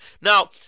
Now